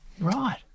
Right